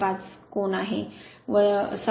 5 कोन आहे 7